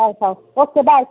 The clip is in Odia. ହେଉ ହେଉ ଓ କେ ବାଏ